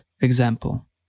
example